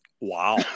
Wow